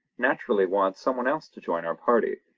naturally wanted someone else to join our party,